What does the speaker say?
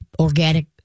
Organic